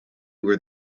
where